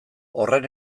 horren